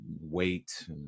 weight